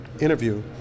interview